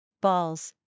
Balls